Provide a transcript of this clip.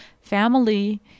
family